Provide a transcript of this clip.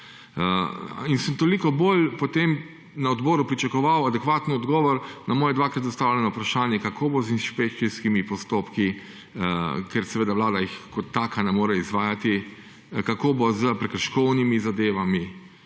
In sem toliko bolj potem na odboru pričakoval adekvaten odgovor na moje dvakrat zastavljeno vprašanje, kako bo z inšpekcijskimi postopki, ker seveda vlada jih kot taka ne more izvajati, kako bo s prekrškovnimi zadevami